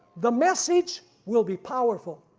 the message will be powerful,